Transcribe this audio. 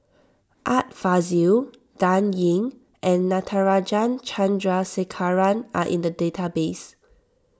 Art Fazil Dan Ying and Natarajan Chandrasekaran are in the database